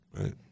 right